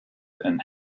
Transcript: and